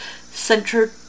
Center